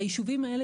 הישובים האלה,